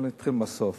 בואו נתחיל בסוף: